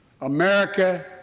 America